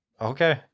Okay